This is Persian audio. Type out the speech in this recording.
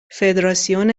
فدراسیون